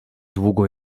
długo